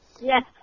Yes